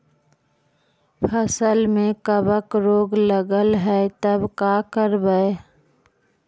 फसल में कबक रोग लगल है तब का करबै